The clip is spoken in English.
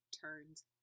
turns